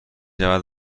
رود